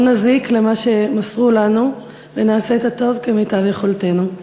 לא נזיק למה שמסרו לנו ונעשה את הטוב כמיטב יכולתנו.